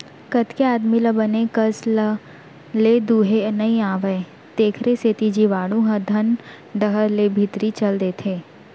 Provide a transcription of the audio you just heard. कतेक आदमी ल बने कस ले दुहे नइ आवय तेकरे सेती जीवाणु ह थन डहर ले भीतरी चल देथे